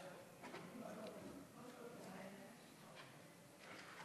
ההצעה להעביר את הנושא לוועדת העבודה,